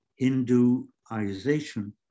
Hinduization